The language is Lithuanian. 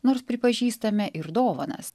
nors pripažįstame ir dovanas